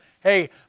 hey